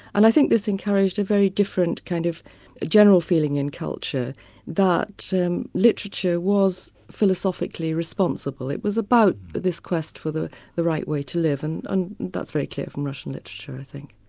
and i think this encouraged a very different kind of general feeling in culture that literature was philosophically responsible. it was about this quest for the the right way to live, and and that's very clear from russian literature i think.